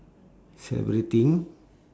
celebrating